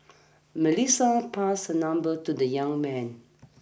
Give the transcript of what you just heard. Melissa passed her number to the young man